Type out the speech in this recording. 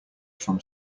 from